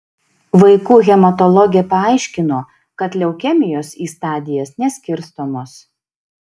vaikų hematologė paaiškino kad leukemijos į stadijas neskirstomos